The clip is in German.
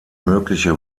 mögliche